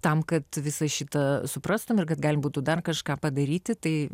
tam kad visą šitą suprastum ir kad galim būtų dar kažką padaryti tai